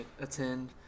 attend